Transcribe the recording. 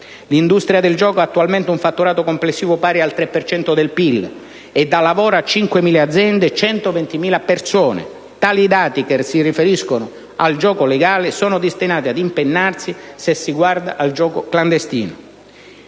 l'industria del gioco ha attualmente un fatturato complessivo pari al 3 per cento del PIL e dà lavoro a 5.000 aziende e 120.000 persone. Tali dati, che si riferiscono al gioco legale, sono destinati ad impennarsi se si guarda anche al gioco clandestino».